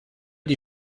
die